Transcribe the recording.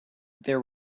there